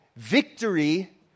Victory